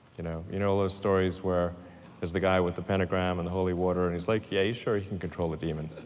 you know you know those stories where there's the guy with the pentagram and the holy water, and he's like, yeah, he's sure you can control the demon.